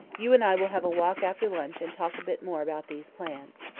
you and i will have a walk after lunch and talk a bit more about these plans.